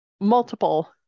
Multiple